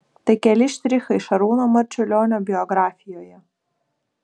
tai keli štrichai šarūno marčiulionio biografijoje